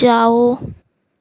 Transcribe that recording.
ਜਾਓ